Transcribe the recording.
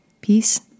peace